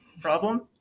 problem